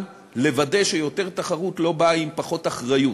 לוודא שיותר תחרות לא באה עם פחות אחריות.